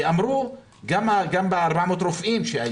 זה אמור גם לגבי 400 הרופאים.